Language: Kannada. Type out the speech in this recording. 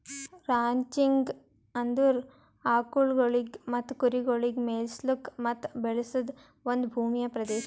ರಾಂಚಿಂಗ್ ಅಂದುರ್ ಆಕುಲ್ಗೊಳಿಗ್ ಮತ್ತ ಕುರಿಗೊಳಿಗ್ ಮೆಯಿಸ್ಲುಕ್ ಮತ್ತ ಬೆಳೆಸದ್ ಒಂದ್ ಭೂಮಿಯ ಪ್ರದೇಶ